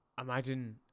imagine